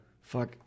Fuck